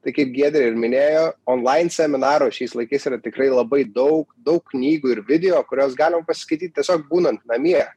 tai kaip giedrė ir minėjo onlain seminarų šiais laikais yra tikrai labai daug daug knygų ir video kuriuos galima pasiskaityt tiesiog būnant namie